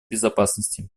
безопасности